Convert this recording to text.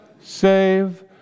save